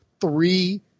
three